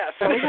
Yes